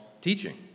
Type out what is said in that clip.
teaching